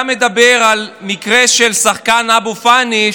אתה מדבר על מקרה של השחקן אבו פאני,